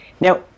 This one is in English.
Now